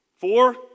Four